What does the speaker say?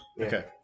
Okay